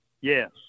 Yes